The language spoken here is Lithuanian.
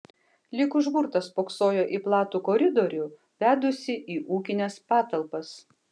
lyg užburtas spoksojo į platų koridorių vedusį į ūkines patalpas